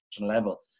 level